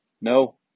No